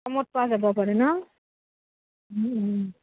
কমত পোৱা যাব পাৰে ন